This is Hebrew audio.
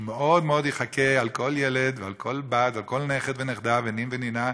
הוא מאוד מאוד יחכה לכל ילד ולכל בת ולכל נכד ונכדה ונין ונינה,